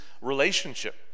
relationship